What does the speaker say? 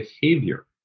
behavior